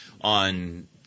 on